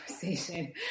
conversation